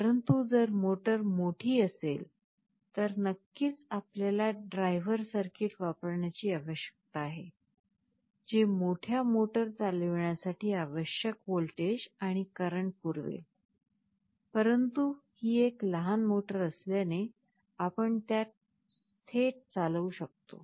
परंतु जर मोठी मोटर असेल तर नक्कीच आपल्याला ड्रायव्हर सर्किट वापरण्याची आवश्यकता आहे जे मोठ्या मोटर चालविण्यासाठी आवश्यक व्होल्टेज आणि करंट पुरवेल परंतु ही एक लहान मोटर असल्याने आपण त्यास थेट चालवू शकतो